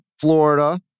Florida